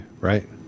right